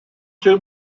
two